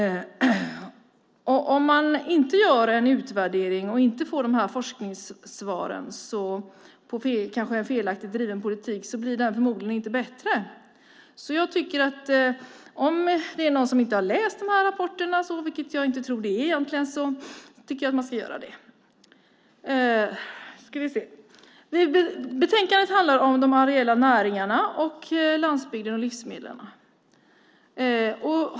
Om man inte gör en utvärdering och inte får forskningssvaren på en kanske felaktigt driven politik blir den förmodligen inte bättre. Om det är någon som inte har läst rapporterna, vilket jag egentligen inte tror att det är, tycker jag att man ska göra det. Betänkandet handlar om de areella näringarna, landsbygden och livsmedlen.